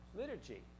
liturgy